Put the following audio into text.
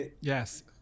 yes